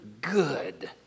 good